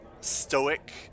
stoic